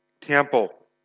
temple